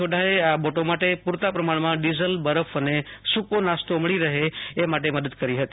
સોઢાએ આ બોટો માટે પૂરતા પ્રમાણમાં ડીઝલ બરફ અને સૂકો નાસ્તો મળી રહે એ માટે મદદ કરી હતી